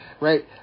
Right